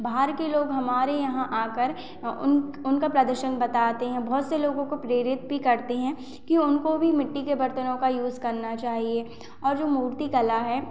बाहर के लोग हमारे यहाँ आकर उन उनका प्रदर्शन बताते हैं बहुत से लोगों को प्रेरित भी करते हैं कि उनको भी मिट्टी के बर्तनों का यूज़ करना चाहिए और जो मूर्तिकला है